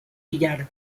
villar